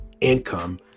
income